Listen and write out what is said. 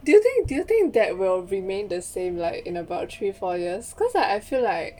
do you think do you think that will remain the same like in about three four years cause I feel like